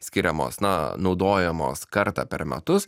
skiriamos na naudojamos kartą per metus